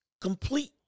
complete